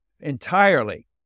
entirely